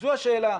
זו השאלה.